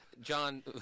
john